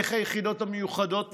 איך היחידות המיוחדות עובדות,